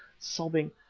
sobbing,